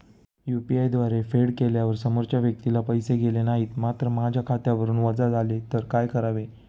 UPI द्वारे फेड केल्यावर समोरच्या व्यक्तीला पैसे गेले नाहीत मात्र माझ्या खात्यावरून वजा झाले तर काय करावे?